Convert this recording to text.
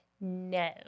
No